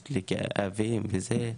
יש לי כאבים וזה,